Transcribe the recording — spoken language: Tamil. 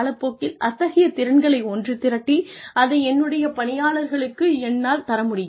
காலப் போக்கில் அத்தகையைத் திறன்களை ஒன்று திரட்டி அதை என்னுடைய பணியாளர்களுக்கு என்னால் தர முடியும்